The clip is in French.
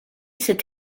cette